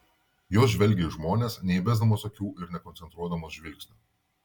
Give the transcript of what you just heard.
jos žvelgia į žmones neįbesdamos akių ir nekoncentruodamos žvilgsnio